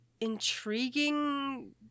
intriguing